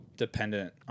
dependent